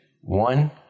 one